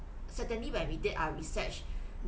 certainly when we did our research